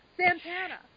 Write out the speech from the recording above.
Santana